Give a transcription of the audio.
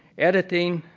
editing,